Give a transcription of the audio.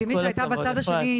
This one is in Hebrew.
כמי שהייתה בצד השני,